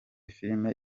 filime